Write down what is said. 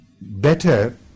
better